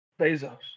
Bezos